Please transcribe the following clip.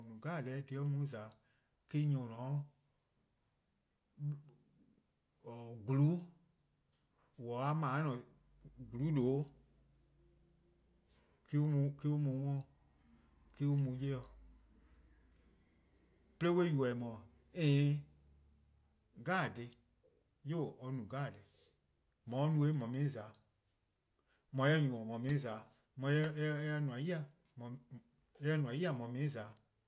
:Mor :on no deh 'jeh eh dhih or mu :za-' eh-: nyor :on :ne-a 'o :gluun', :on :ne a mor-: a :ne-a :gluun' :due' eh-: an mu 'worn-:, eh-: an mu 'ye-:, 'de on 'ye-eh yubo :eh :mor een dhih 'jeh 'yu :daa or no deh 'jeh. :mor or no-eh bo-' :mor mu-eh za-'. :mor eh :nyne-yi-dih :mor mu-eh :za-', :mor eh :nmor 'yi-dih :mor mu-eh :za-a'.